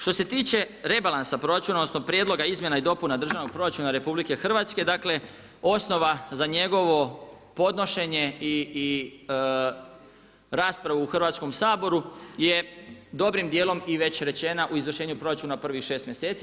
Što se tiče rebalansa proračuna, odnosno, prijedloga izmjena i dopuna državnog proračuna RH, dakle, osnova za njegovo podnošenje i raspravu u Hrvatskom saboru je dobrim dijelom i već rješenja o izvršenju proračuna u privih 6 mjesecu.